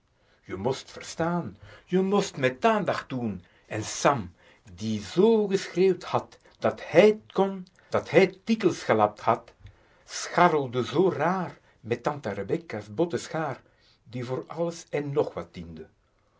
je most t verstaan je most t met aandacht doen en sam die zoo geschreeuwd had dat hij t kon dat hij t dikkels gelapt had scharrelde zoo r a a r met tante rebecca's botte schaar die voor alles en ng